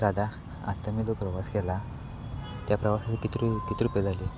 दादा आत्ता मी जो प्रवास केला त्या प्रवासात कित्रू किती रुपये झाले